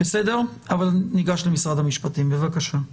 ניגש למשרד המשפטים, בבקשה.